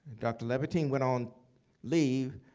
dr. levitine went on leave.